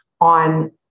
on